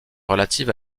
relative